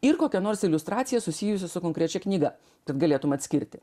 ir kokia nors iliustracija susijusi su konkrečia knyga kad galėtum atskirti